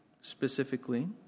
specifically